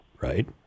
right